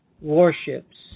warships